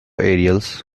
aerials